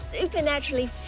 supernaturally